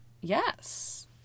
Yes